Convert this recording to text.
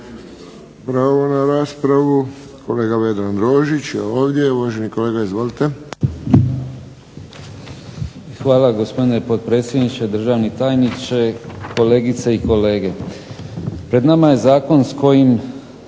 Hvala gospodine potpredsjedniče, državni tajniče, kolegice i kolege. Pred nama je zakon s kojim